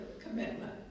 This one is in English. commitment